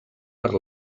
per